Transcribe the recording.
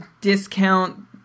discount